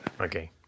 Okay